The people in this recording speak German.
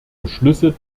beschlüsse